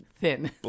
thin